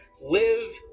live